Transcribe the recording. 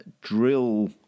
drill